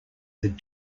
had